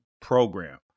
program